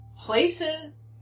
places